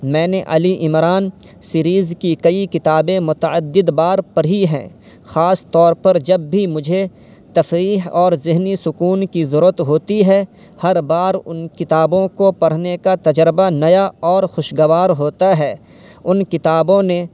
میں نے علی عمران سیریز کی کئی کتابیں متعدد بار پڑھی ہیں خاص طور پر جب بھی مجھے تفریح اور ذہنی سکون کی ضرورت ہوتی ہے ہر بار ان کتابوں کو پڑھنے کا تجربہ نیا اور خوشگوار ہوتا ہے ان کتابوں نے